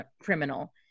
criminal